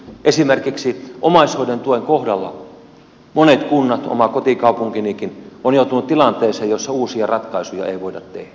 esimerkiksi omaishoidon tuen kohdalla monet kunnat oma kotikaupunkinikin ovat joutuneet tilanteeseen jossa uusia ratkaisuja ei voida tehdä